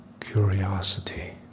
curiosity